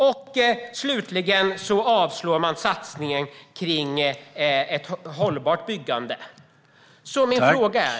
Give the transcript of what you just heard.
Slutligen yrkar Centerpartiet avslag på satsningen på ett hållbart byggande. Min fråga är .